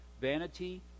Vanity